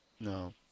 No